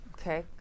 Okay